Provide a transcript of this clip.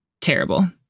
terrible